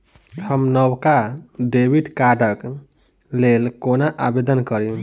हम नवका डेबिट कार्डक लेल कोना आवेदन करी?